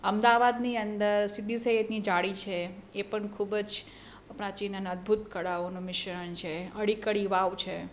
અમદાવાદની અંદર સીદી સૈયદની જાળી છે એ પણ ખૂબ જ પ્રાચીન અને અદ્ભુત કળાઓનું મિશ્રણ છે હળી કળી વાવ છે